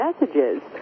messages